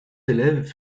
élèves